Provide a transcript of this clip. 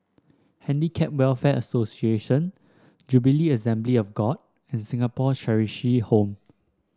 Handicap Welfare Association Jubilee Assembly of God and Singapore Home